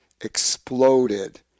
exploded